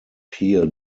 pier